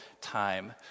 time